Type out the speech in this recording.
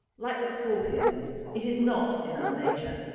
like the scorpion it is not in our nature.